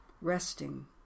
resting